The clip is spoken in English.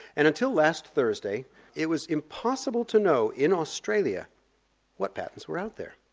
and until last thursday it was impossible to know in australia what patents were out there.